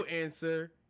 answer